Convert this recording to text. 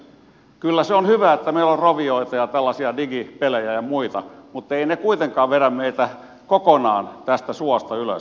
kyllä se on hyvä että meillä on rovioita ja tällaisia digipelejä ja muita mutta eivät ne kuitenkaan vedä meitä kokonaan tästä suosta ylös